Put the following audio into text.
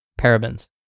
parabens